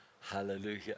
Hallelujah